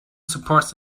supports